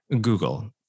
Google